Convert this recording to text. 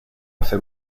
hacer